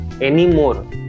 Anymore